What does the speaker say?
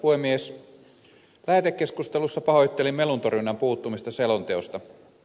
lä hetekeskustelussa pahoittelin meluntorjunnan puuttumista selonteosta